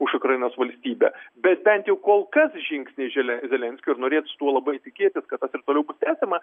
už ukrainos valstybę bet bent jau kol kas žingsniai žele zelenskio ir norėtųsi tuo labai tikėtis kad tas ir toliau bus tęsiama